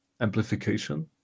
amplification